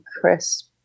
crisp